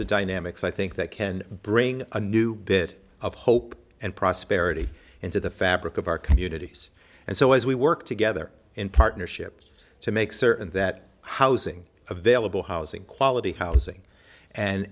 the dynamics i think that can bring a new bit of hope and prosperity into the fabric of our communities and so as we work together in partnership to make certain that housing available housing quality housing and